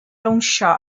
ddawnsio